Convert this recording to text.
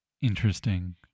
Interesting